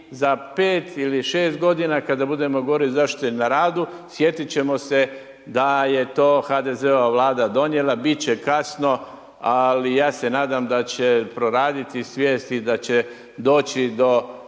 za 5 ili 6 godina kada budemo govorili o zaštiti na radu sjetit ćemo se da je to HDZ-ova vlada donijela, bit će kasno, ali ja se nadam da će proraditi svijest i da će doći do